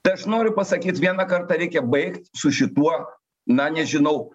tai aš noriu pasakyt vieną kartą reikia baigt su šituo na nežinau